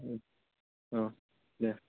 औ औ दे